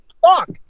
Fuck